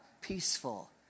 peaceful